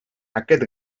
aquest